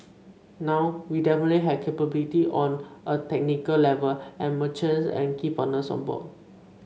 now we definitely have capability on a technical level and merchants and key partners on board